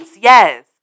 Yes